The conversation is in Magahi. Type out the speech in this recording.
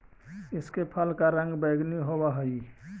इसके फल का रंग बैंगनी होवअ हई